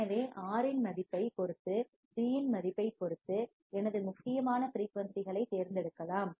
எனவே R இன் மதிப்பைப் பொறுத்து C இன் மதிப்பைப் பொறுத்து எனது முக்கியமான ஃபிரீயூன்சிகளைத் தேர்ந்தெடுக்கலாம்